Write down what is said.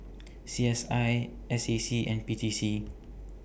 C S I S A C and P T C